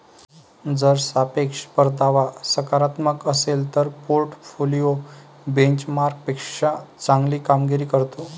जर सापेक्ष परतावा सकारात्मक असेल तर पोर्टफोलिओ बेंचमार्कपेक्षा चांगली कामगिरी करतो